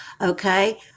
Okay